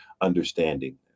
understanding